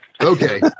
Okay